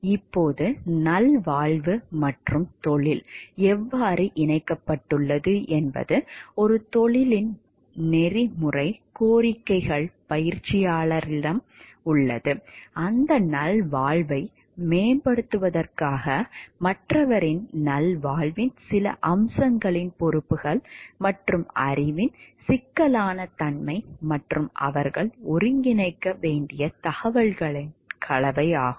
இப்போது நல்வாழ்வு மற்றும் தொழில் எவ்வாறு இணைக்கப்பட்டுள்ளது என்பது ஒரு தொழிலின் நெறிமுறைக் கோரிக்கைகள் பயிற்சியாளர்களிடம் உள்ளது அந்த நல்வாழ்வை மேம்படுத்துவதற்காக மற்றவற்றின் நல்வாழ்வின் சில அம்சங்களின் பொறுப்புகள் மற்றும் அறிவின் சிக்கலான தன்மை மற்றும் அவர்கள் ஒருங்கிணைக்க வேண்டிய தகவல்களின் கலவையாகும்